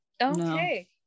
okay